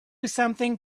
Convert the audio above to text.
something